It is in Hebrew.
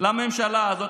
לממשלה הזאת.